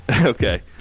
Okay